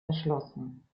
erschlossen